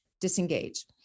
disengage